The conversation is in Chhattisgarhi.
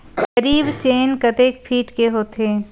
जरीब चेन कतेक फीट के होथे?